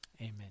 Amen